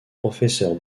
professeur